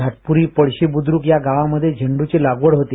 घाटपुरी पळशी बुद्रुक या गावांमध्ये झेंडूची लागवड होते